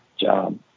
job